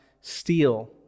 steal